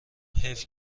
حیف